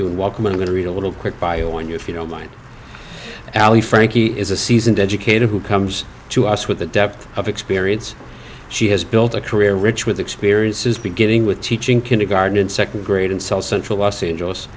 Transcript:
welcome i'm going to read a little quick bio on you if you don't mind allie frankie is a seasoned educator who comes to us with the depth of experience she has built a career rich with experiences beginning with teaching kindergarten in second grade in south central los angeles